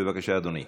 בבקשה, אדוני.